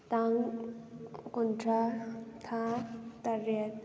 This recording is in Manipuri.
ꯇꯥꯡ ꯀꯨꯟꯊ꯭ꯔꯥ ꯊꯥ ꯇꯔꯦꯠ